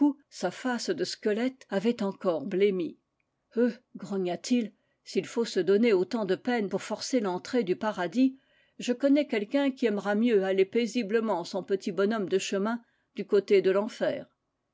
sa face de squelette avait encore blêmi é é é é é é é é é é é é eu grogna-t-il s'il faut se donner autant de peine pour forcer l'entrée du paradis je connais quelqu'un qui aimera mieux aller paisiblement son petit bonhomme de chemin du côté de